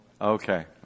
okay